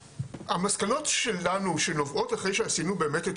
המסקנות שלנו שנובעות אחרי שעשינו באמת את